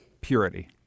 Purity